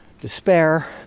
despair